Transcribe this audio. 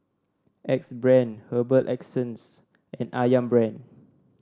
Axe Brand Herbal Essences and ayam Brand